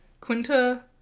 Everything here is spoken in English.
Quinta